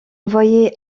voyait